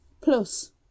Plus